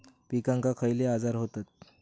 पिकांक खयले आजार व्हतत?